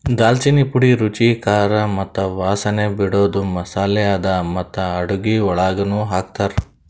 ದಾಲ್ಚಿನ್ನಿ ಪುಡಿ ರುಚಿ, ಖಾರ ಮತ್ತ ವಾಸನೆ ಬಿಡದು ಮಸಾಲೆ ಅದಾ ಮತ್ತ ಅಡುಗಿ ಒಳಗನು ಹಾಕ್ತಾರ್